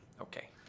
Okay